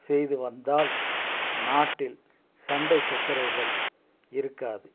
செய்து வந்தால் நாட்டில் சண்டை சச்சரவுகள் இருக்காது